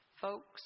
folks